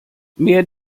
mehr